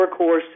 workhorse